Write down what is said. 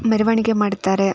ಮೆರವಣಿಗೆ ಮಾಡ್ತಾರೆ